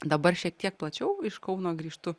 dabar šiek tiek plačiau iš kauno grįžtu